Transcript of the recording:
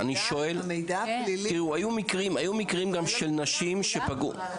תראו, היו גם מקרים של נשים שפגעו.